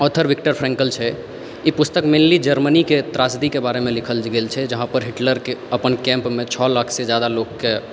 author Victor Frankl छै ई पुस्तक मेनली जर्मनी के त्रासदीके बारेमे लिखल गेल छै जहाँ पर हिटलर के अपन केम्प छओ लाख सऽ जादा लोक कऽ